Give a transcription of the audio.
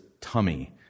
tummy